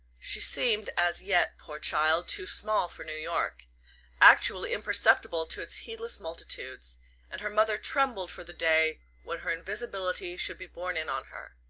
she seemed as yet poor child too small for new york actually imperceptible to its heedless multitudes and her mother trembled for the day when her invisibility should be borne in on her.